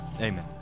Amen